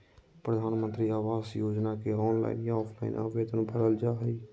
प्रधानमंत्री आवास योजना के ऑनलाइन या ऑफलाइन आवेदन भरल जा हइ